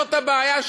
זאת הבעיה,